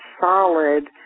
solid